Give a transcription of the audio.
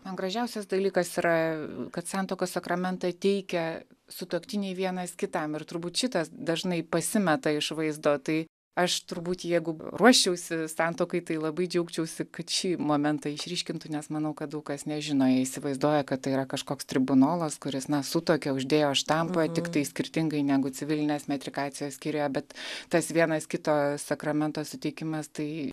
man gražiausias dalykas yra kad santuokos sakramentą teikia sutuoktiniai vienas kitam ir turbūt šitas dažnai pasimeta iš vaizdo tai aš turbūt jeigu ruoščiausi santuokai tai labai džiaugčiausi kad šį momentą išryškintų nes manau kad daug kas nežino jie įsivaizduoja kad tai yra kažkoks tribunolas kuris na sutuokia uždėjo štampą tiktai skirtingai negu civilinės metrikacijos skyriuje bet tas vienas kito sakramento suteikimas tai